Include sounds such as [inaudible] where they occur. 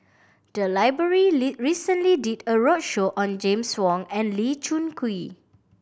the library [unintelligible] recently did a roadshow on James Wong and Lee Choon Kee